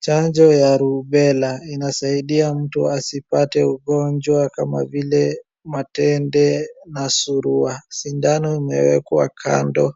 Chanjo ya Rubella inasaidia mtu asipate ugonjwa kama vile matende na surua. Sindano imewekwa kando